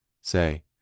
say